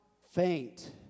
faint